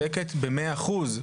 את צודקת במאה אחוז.